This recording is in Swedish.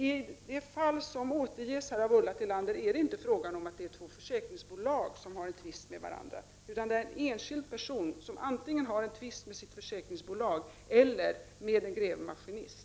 I det fall som här återgivits av Ulla Tillander är det inte fråga om två försäkringsbolag som har en tvist med varandra, utan det är fråga om en enskild person som har en tvist antingen med sitt försäkringsbolag eller med en grävmaskinist.